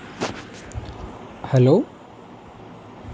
hello